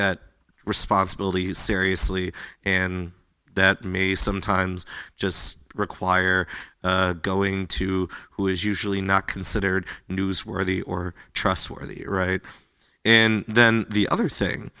that responsibilities seriously and that may sometimes just require going to who is usually not considered newsworthy or trustworthy to write in and then the other thing